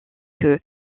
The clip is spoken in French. que